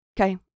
Okay